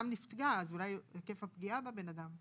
אז אולי צריך לדבר על היקף הפגיעה בבן אדם.